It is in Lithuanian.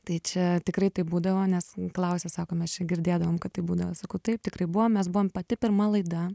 tai čia tikrai taip būdavo nes klausia sako mes čia girdėdavom kad taip būdavo sakau taip tikrai buvo mes buvom pati pirma laida